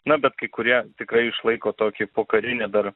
na bet kai kurie tikrai išlaiko tokį pokarinį dar